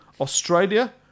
Australia